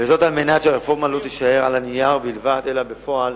וזאת על מנת שהרפורמה לא תישאר על הנייר בלבד אלא תתבצע בפועל,